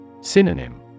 Synonym